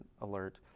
alert